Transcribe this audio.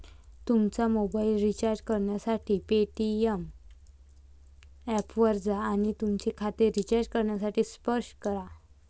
तुमचा mobile recharge करण्यासाठी Paytm ऐपवर जा आणि तुमचे खाते रिचार्ज करण्यासाठी स्पर्श करा